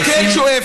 שכן שואף,